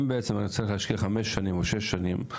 אם אני צריך להשקיע חמש או שש שנים,